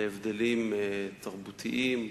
להבדלים תרבותיים,